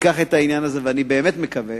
ייקח את העניין הזה, ואני באמת מקווה